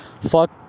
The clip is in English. Fuck